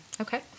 Okay